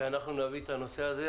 שנביא את הנושא הזה: